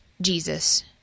Jesus